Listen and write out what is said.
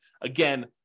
Again